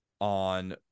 on